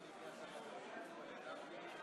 אלפי קילומטרים מפרידים בין קנדה השלווה,